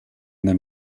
then